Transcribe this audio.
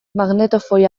magnetofoi